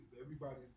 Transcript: everybody's